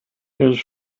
his